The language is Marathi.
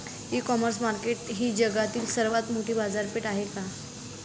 इ कॉमर्स मार्केट ही जगातील सर्वात मोठी बाजारपेठ आहे का?